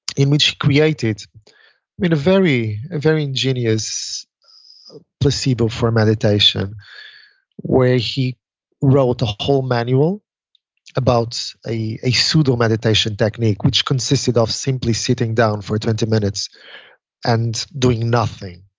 in which created in a very, a very ingenious placebo for meditation where he wrote the whole manual about a a pseudo-meditation technique which consisted of simply sitting down for twenty minutes and doing nothing.